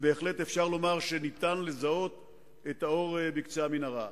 בהחלט אפשר לומר שאפשר לזהות את האור בקצה המנהרה.